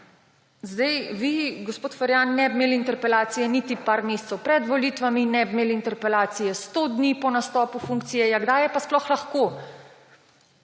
Vi, gospod Ferjan, ne bi imeli interpelacije niti nekaj mesecev pred volitvami, ne bi imeli interpelacije 100 dni po nastopu funkcije. Ja kdaj je pa sploh lahko?!